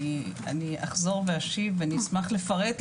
אני אחזור ואשיב ואני אשמח לפרט,